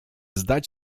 zdać